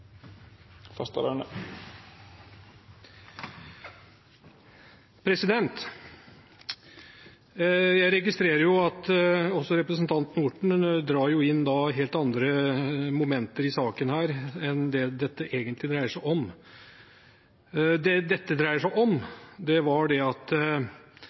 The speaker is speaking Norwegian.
Jeg registrerer at også representanten Orten drar inn helt andre momenter i saken enn det dette egentlig dreier seg om. Det dette dreier seg om, er at